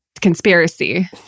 conspiracy